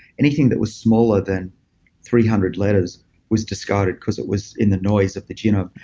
anything that was smaller than three hundred letters was discarded because it was in the noise of the genome.